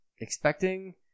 expecting